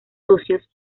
socios